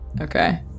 Okay